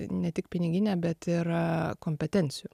ne tik piniginė bet ir kompetencijų